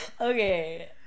okay